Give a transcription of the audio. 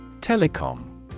Telecom